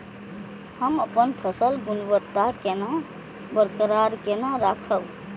हम अपन फसल गुणवत्ता केना बरकरार केना राखब?